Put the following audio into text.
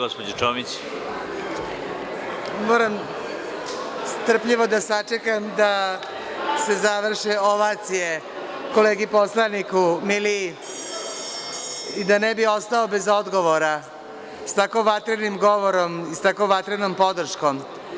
Moram strpljivo da sačekam da se završe ovacije kolegi poslaniku Miliji i da ne bi ostao bez odgovora, sa tako vatrenim govorom i sa tako vatrenom podrškom.